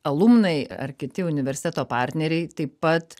alumnai ar kiti universiteto partneriai taip pat